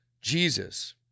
jesus